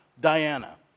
Diana